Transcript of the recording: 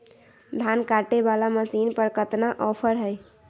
धान कटे बाला मसीन पर कतना ऑफर हाय?